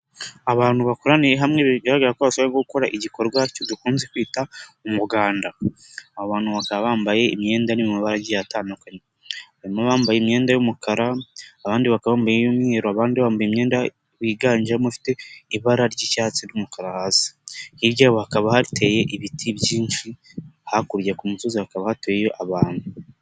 Abantu bakoraniye hamwe bigaragara ko basabwa gukora igikorwa'dakunze kwita umuganda abantu bakaba bambaye imyenda n'amabaragiye atandukanye bambaye imyenda y'umukara abandimbaye'umweru abandi bambaye imyenda wiganjemo afite ibara ry'icyatsi n'umukara hasi, hirya hakaba hateye ibiti byinshi hakurya ku musozi hakaba hatuye abantu.